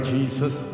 Jesus